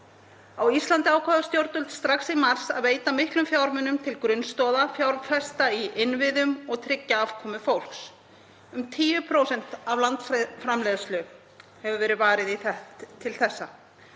Á Íslandi ákváðu stjórnvöld strax í mars að veita mikla fjármuni til grunnstoða, til að fjárfesta í innviðum og tryggja afkomu fólks. Um 10% af landsframleiðslu hefur verið varið til þessa.